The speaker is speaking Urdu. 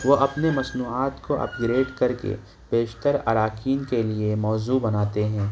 وہ اپنے مصنوعات کو اپگریڈ کر کے پیشتر اراکین کے لیے موزوں بناتے ہیں